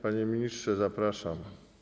Panie ministrze, zapraszam.